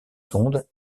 sondes